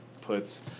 puts